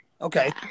Okay